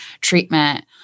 treatment